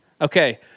Okay